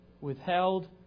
withheld